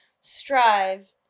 Strive